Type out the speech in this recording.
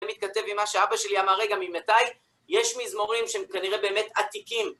זה מתכתב עם מה שאבא שלי אמר, רגע, ממתי, יש מזמורים שהם כנראה באמת עתיקים.